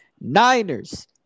Niners